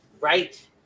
Right